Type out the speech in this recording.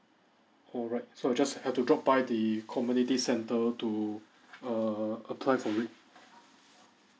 alright so I just have to drop by the comedy centre to err apply for it